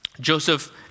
Joseph